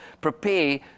prepare